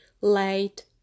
late